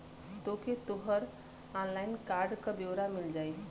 तोके तोहर online card क ब्योरा मिल जाई